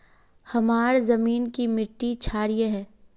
हमार जमीन की मिट्टी क्षारीय है?